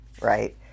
right